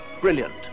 Brilliant